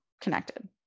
connected